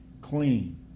clean